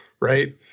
Right